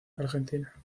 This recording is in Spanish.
argentina